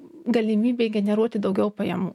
galimybė generuoti daugiau pajamų